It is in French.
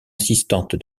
assistante